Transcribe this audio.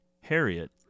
Harriet